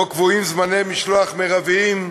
שבו קבועים זמני משלוח מרביים,